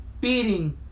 beating